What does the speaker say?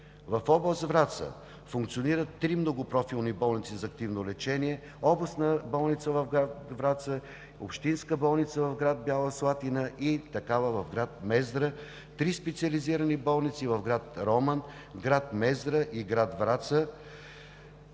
В област Враца функционират три многопрофилни болници за активно лечение: областна болница в град Враца, общинска болница в град Бяла Слатина и такава в град Мездра; три специализирани болници – в град Роман, град Мездра и град Враца;